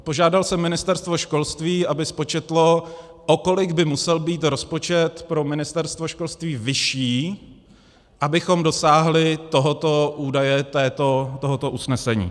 Požádal jsem Ministerstvo školství, aby spočetlo, o kolik by musel být rozpočet pro Ministerstvo školství vyšší, abychom dosáhli tohoto údaje, tohoto usnesení.